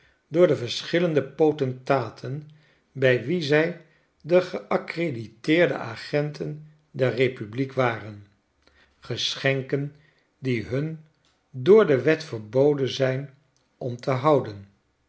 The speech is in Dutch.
door de verschillende potentaten bij wie zij de geaccrediteerde agenten der republiek waren geschenken die hun door de wet verboden zijn om te houden